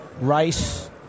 Rice